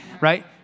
right